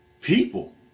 people